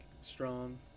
strong